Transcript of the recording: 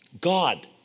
God